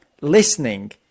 listening